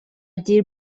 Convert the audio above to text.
دیر